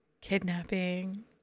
Kidnapping